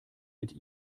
mit